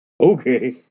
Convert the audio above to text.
Okay